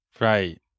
Right